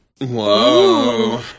Whoa